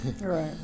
right